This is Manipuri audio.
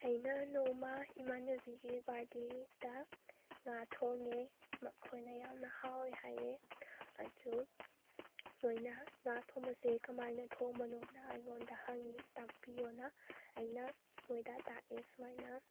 ꯑꯩꯅ ꯅꯣꯡꯃ ꯏꯃꯥꯟꯅꯕꯤꯒꯤ ꯕꯥꯔꯊ ꯗꯦꯗ ꯉꯥ ꯊꯣꯡꯉꯦ ꯃꯈꯣꯏꯅ ꯌꯥꯝꯅ ꯍꯥꯎꯋꯦ ꯍꯥꯏꯌꯦ ꯑꯗꯨ ꯃꯣꯏꯅ ꯉꯥ ꯊꯣꯡꯕꯁꯦ ꯀꯃꯥꯏꯅ ꯊꯣꯡꯕꯅꯣꯅ ꯑꯩꯉꯣꯟꯗ ꯍꯪꯉꯦ ꯇꯥꯛꯄꯤꯌꯣꯅ ꯑꯩꯅ ꯃꯣꯏꯗ ꯇꯥꯛꯑꯦ ꯁꯨꯃꯥꯏꯅ